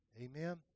Amen